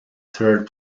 third